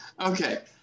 Okay